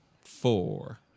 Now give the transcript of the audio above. four